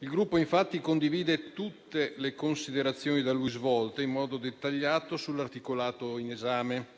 Il Gruppo, infatti, condivide tutte le considerazioni da lui svolte in modo dettagliato sull'articolato in esame.